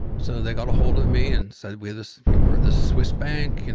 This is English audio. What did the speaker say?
so they got ahold of me and said, we're this we're this swiss bank. and